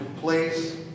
place